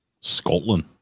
Scotland